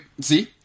see